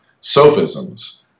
Sophisms